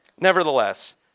Nevertheless